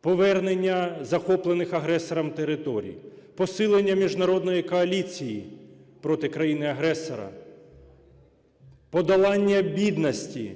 повернення захоплених агресором територій, посилення міжнародної коаліції проти країни-агресора, подолання бідності